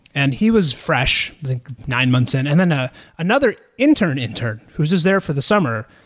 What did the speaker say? and he was fresh. i think nine months in. and then ah another intern-intern, whose just there for the summer,